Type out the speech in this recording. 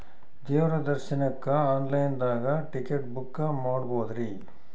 ದೇವ್ರ ದರ್ಶನಕ್ಕ online ದಾಗ ಟಿಕೆಟ ಬುಕ್ಕ ಮಾಡ್ಬೊದ್ರಿ?